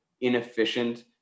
inefficient